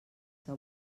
que